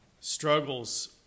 struggles